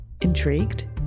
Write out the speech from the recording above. Intrigued